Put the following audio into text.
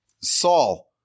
Saul